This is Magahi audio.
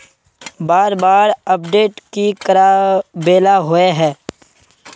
बार बार अपडेट की कराबेला होय है?